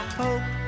hope